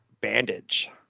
bandage